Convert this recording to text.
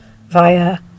via